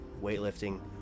weightlifting